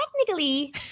technically